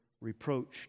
reproached